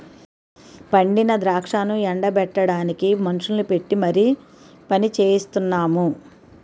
పండిన ద్రాక్షను ఎండ బెట్టడానికి మనుషుల్ని పెట్టీ మరి పనిచెయిస్తున్నాము